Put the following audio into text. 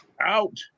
out